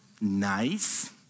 nice